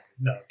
No